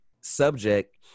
subject